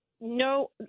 No